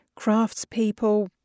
craftspeople